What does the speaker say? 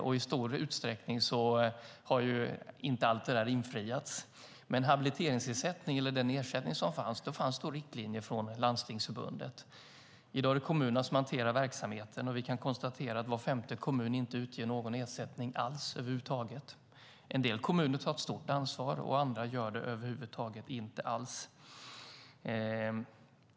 Allt har inte infriats, men det fanns riktlinjer från Landstingsförbundet för den ersättning som fanns. I dag är det kommunerna som hanterar verksamheten, och vi kan konstatera att var femte kommun inte betalar ut någon ersättning alls. En del kommuner tar ett stort ansvar och andra gör det över huvud taget inte.